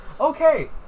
Okay